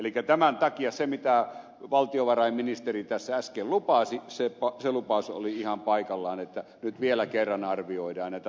elikkä tämän takia se mitä valtiovarainministeri tässä äsken lupasi oli ihan paikallaan että nyt vielä kerran arvioidaan näitä toimenpiteitä